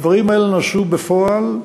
הדברים האלה נעשו בפועל,